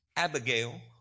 Abigail